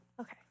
Okay